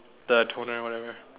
the toner whatever